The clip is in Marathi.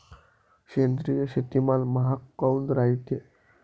सेंद्रिय शेतीमाल महाग काऊन रायते?